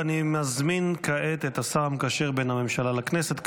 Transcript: אני מזמין כעת את השר המקשר בין הממשלה לכנסת,